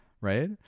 right